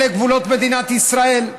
אלה גבולות מדינת ישראל,